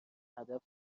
هدف